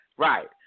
Right